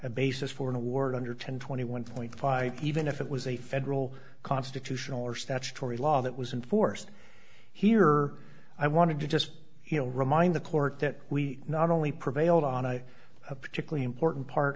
a basis for an award under ten twenty one point five even if it was a federal constitutional or statutory law that was in force here i wanted to just you know remind the court that we not only prevailed on a particularly important part